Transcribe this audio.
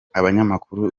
abanyamakuru